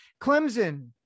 Clemson